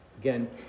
Again